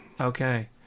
okay